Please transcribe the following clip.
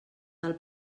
del